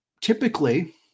Typically